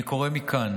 אני קורא מכאן